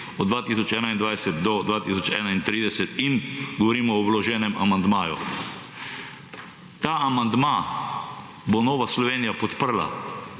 od 2021 do 2031 in govorimo o vloženem amandmaju. Ta amandma bo Nova Slovenija podprla